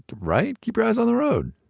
right? keep your eyes on the road.